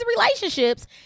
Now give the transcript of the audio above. relationships